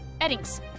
eddings